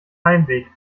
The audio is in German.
heimweg